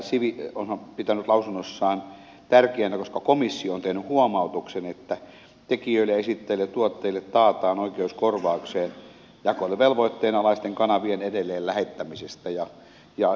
siv on pitänyt sitä lausunnossaan tärkeänä koska komissio on tehnyt huomautuksen että tekijöille esittäjille ja tuottajille taataan oikeus korvaukseen jakeluvelvoitteen alaisten kanavien edelleenlähettämisestä